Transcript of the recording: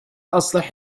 أصلح